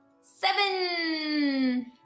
Seven